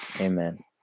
Amen